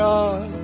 God